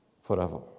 forever